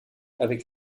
avec